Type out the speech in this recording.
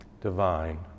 divine